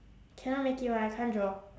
cannot make it [one] I can't draw